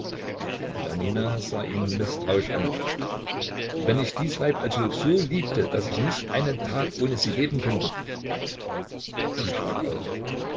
janina sah ihn mißtrauisch an wenn ich dies weib also so liebte daß ich nicht einen tag ohne sie leben könnte sie schrak auf